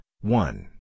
one